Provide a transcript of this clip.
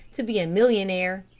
to be a millionaire.